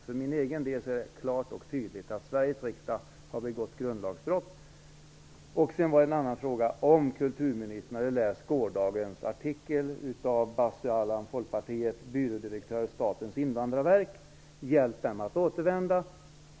För min egen del står det klart och tydligt att Sveriges riksdag har begått grundlagsbrott. Jag ställde också en annan fråga om ifall kulturministern hade läst gårdagens artikel av Basu Alam, folkpartist och byrådirektör vid Statens invandrarverk. Han vill att man skall hjälpa flyktingarna att återvända.